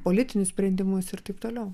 politinius sprendimus ir taip toliau